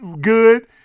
good